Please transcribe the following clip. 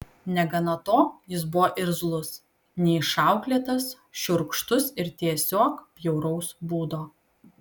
negana to jis buvo irzlus neišauklėtas šiurkštus ir tiesiog bjauraus būdo